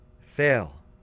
fail